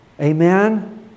Amen